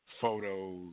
photos